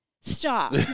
stop